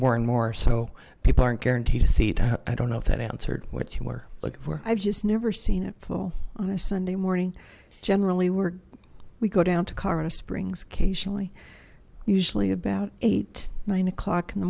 more and more so people aren't guaranteed a seat i don't know if that answered what you were looking for i've just never seen it full on a sunday morning generally we're we go down to colorado springs occasionally usually about eight nine o'clock in the